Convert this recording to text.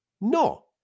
No